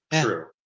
True